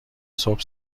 صبح